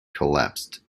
collapsed